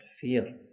feel